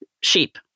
sheep